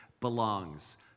belongs